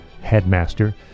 headmaster